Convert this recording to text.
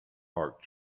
mark